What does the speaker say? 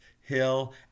hill